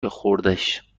بخوردش